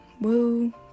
woo